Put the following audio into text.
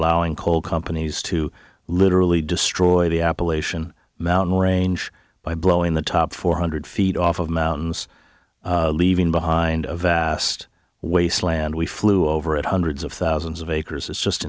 allowing coal companies to literally destroy the appalachian mountain range by blowing the top four hundred feet off of mountains leaving behind a vast wasteland we flew over it hundreds of thousands of acres it's just